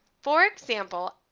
for example,